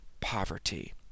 poverty